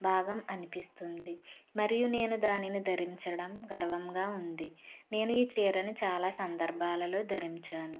భాగం అనిపిస్తుంది మరియు నేను దానిని ధరించడం గర్వంగా ఉంది నేను ఈ చీరను చాలా సందర్భాలలో ధరించాను